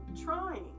trying